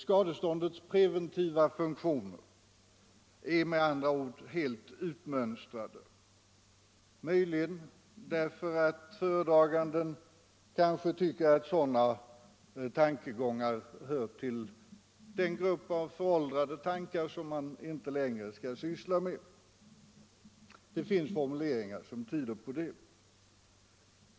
Skadeståndets preventiva funktion är med andra ord helt utmönstrad, möjligen därför att föredraganden tycker att det är en föråldrad tanke, som man inte längre bör syssla med —- det finns formuleringar som tyder på det.